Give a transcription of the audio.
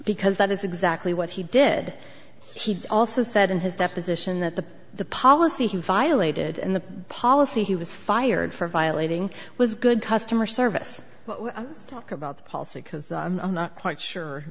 because that is exactly what he did he also said in his deposition that the the policy he violated and the policy he was fired for violating was good customer service talk about policy because i'm not quite sure